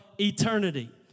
eternity